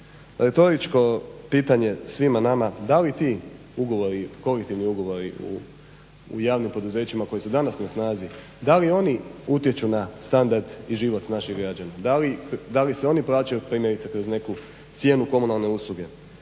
Retoričko pitanje svima nama, da li ti ugovori, kolektivni ugovori u javnim poduzećima koji su danas na snazi, da li oni utječu na standard i život naših građana, da li se oni plaćaju primjerice kroz neku cijenu komunalne usluge,